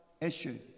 issue